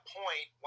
point